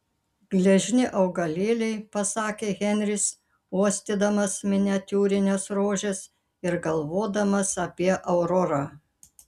gležni augalėliai pasakė henris uostydamas miniatiūrines rožes ir galvodamas apie aurorą